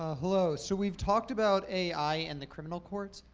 ah hello, so we've talked about ai and the criminal courts.